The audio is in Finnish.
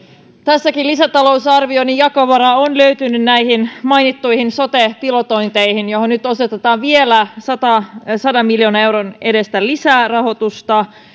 tässäkin lisätalousarvioon jakovaraa on löytynyt näihin mainittuihin sote pilotointeihin joihin nyt osoitetaan vielä sadan miljoonan euron edestä lisää rahoitusta